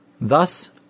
Thus